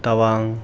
Tawang